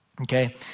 okay